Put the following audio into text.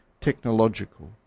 technological